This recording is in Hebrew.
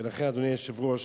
ולכן, אדוני היושב-ראש,